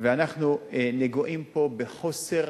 ואנחנו נגועים פה בחוסר